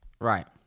right